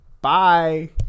Bye